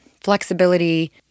flexibility